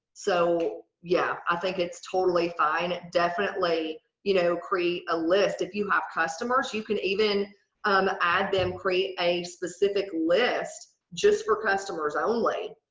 so, yeah, i think it's totally fine and definitely you know create a list. if you have customers you can even um add them. create a specific list just for customers only.